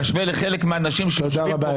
תשווה לחלק מהאנשים שיושבים כאן,